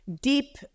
deep